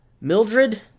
Mildred